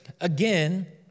again